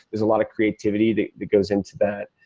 there's a lot of creativity that that goes into that.